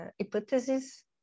hypotheses